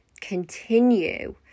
continue